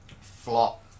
Flop